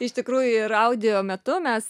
iš tikrųjų ir audio metu mes